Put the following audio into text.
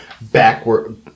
backward